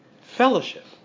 Fellowship